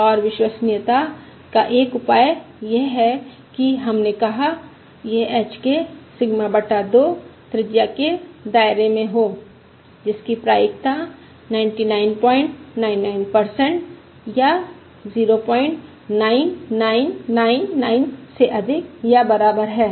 और विश्वसनीयता का एक उपाय यह है कि हमने कहा यह h के सिगमा बटा 2 त्रिज्या के दायरे में हो जिसकी प्रायिकता 9999 या 09999 से अधिक या बराबर है